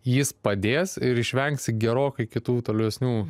jis padės ir išvengsi gerokai kitų tolesnių